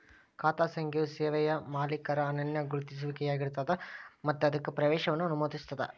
ಖಾತಾ ಸಂಖ್ಯೆಯು ಸೇವೆಯ ಮಾಲೇಕರ ಅನನ್ಯ ಗುರುತಿಸುವಿಕೆಯಾಗಿರ್ತದ ಮತ್ತ ಅದಕ್ಕ ಪ್ರವೇಶವನ್ನ ಅನುಮತಿಸುತ್ತದ